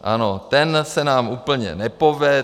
Ano, ten se nám úplně nepovedl.